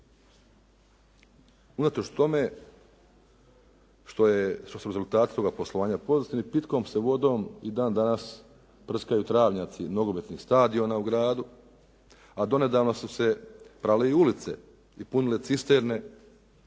tome što su rezultati toga poslovanja pozitivni pitkom se vodom i dan danas prskaju travnjaci nogometnih stadiona u gradu a donedavno su se prale i ulice i punile cisterne